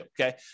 okay